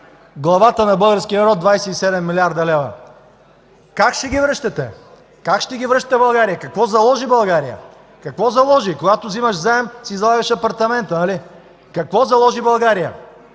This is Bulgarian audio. главата на българския народ 27 млрд. лв. Как ще ги връщате? Как ще ги връща България? Какво заложи България? Какво заложи? Когато взимаш заем, си залагаш апартамента, нали? Какво заложи България?